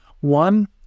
One